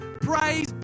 praise